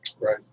Right